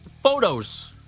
photos